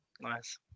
Nice